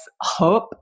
hope